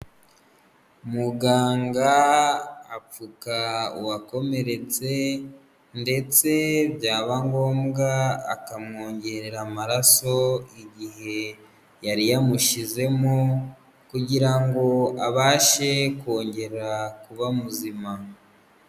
Muganga apfuka uwakomeretse, ndetse byaba ngombwa akamwongerera amaraso igihe yari yamushyizemo, kugira ngo abashe kongera kuba muzima.